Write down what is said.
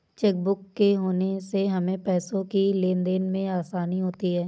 chequebook के होने से हमें पैसों की लेनदेन में आसानी होती हैँ